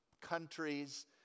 countries